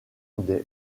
des